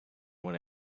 when